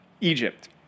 Egypt